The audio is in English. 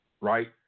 right